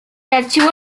archivo